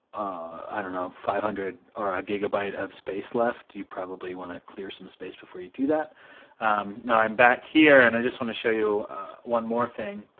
i don't know, five hundred or a gigabyte of space left, you probably want to clear some space before you do that. now i'm back here and i just want to show you one more thing.